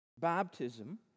Baptism